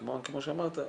כמו שאמרת,